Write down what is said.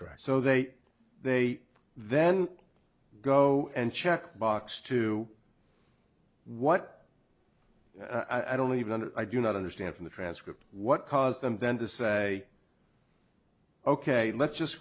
correct so they they then go and check box to what i don't even i do not understand from the transcript what caused them then to say ok let's just